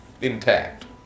intact